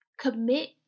commit